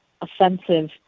offensive